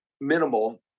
minimal